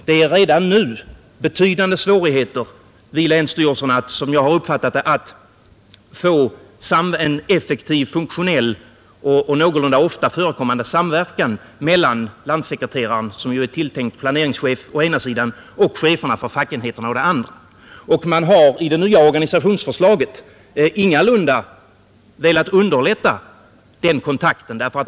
Det är redan nu betydande svårigheter vid länsstyrelserna, som jag har uppfattat det, att få en funktionell och någorlunda ofta förekommande samverkan mellan landssekreteraren, som ju är tilltänkt planeringschef, å ena sidan och cheferna för fackenheterna å den andra. Man har i det nya organisationsförslaget ingalunda velat underlätta den kontakten.